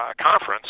conference